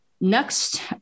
next